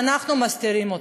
ואנחנו מסתירים אותה,